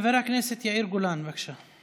חבר הכנסת יאיר גולן, בבקשה,